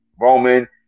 Roman